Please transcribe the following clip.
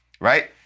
right